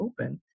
open